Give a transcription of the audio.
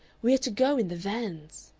we are to go in the vans.